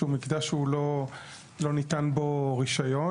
שהוא מקטע שהוא לא ניתן בו רישיון.